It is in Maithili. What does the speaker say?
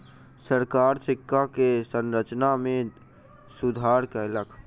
सरकार सिक्का के संरचना में सुधार कयलक